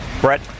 Brett